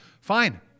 Fine